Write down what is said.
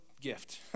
gift